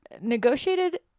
negotiated